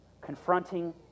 Confronting